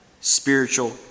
Spiritual